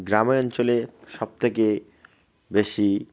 গ্রামে অঞ্চলে সবথেকে বেশি